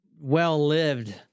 Well-lived